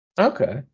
Okay